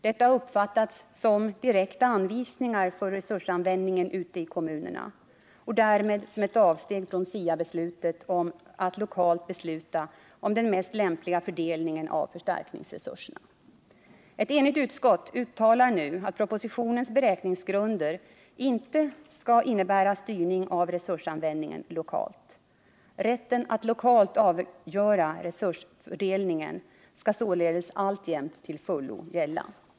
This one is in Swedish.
Detta har uppfattats som direkta anvisningar för resursanvändningen ute i kommunerna och därmed som ett avsteg från SIA-beslutet om att lokalt besluta om den mest lämpliga fördelningen av förstärkningsresurserna. Ett enigt utskott uttalar nu att propositionens beräkningsgrunder inte skall innebära styrning av resursanvändningen lokalt. Rätten att lokalt avgöra resursfördelningen skall således alltjämt till fullo gälla.